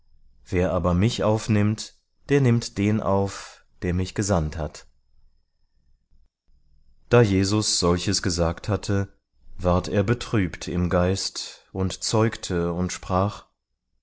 wer aber mich aufnimmt der nimmt den auf der mich gesandt hat da jesus solches gesagt hatte ward er betrübt im geist und zeugte und sprach